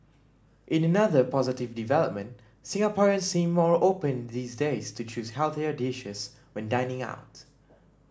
in another positive development Singaporeans seem more open these days to choosing healthier dishes when dining out